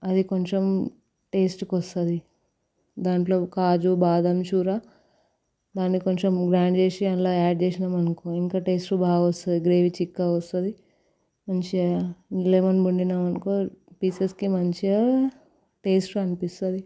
అది కొంచెం టేస్ట్కి వస్తుంది దాంట్లో కాజు బాదం చుర దానిలో కొంచెం వ్యాన్ చేసి అందల యాడ్ చేసినాం అనుకో ఇంకా టేస్ట్ బాగొస్తది గ్రేవీ చిక్కగా వస్తుంది మంచిగా అనుకో పీసెస్కి మంచిగా టేస్ట్ అనిపిస్తది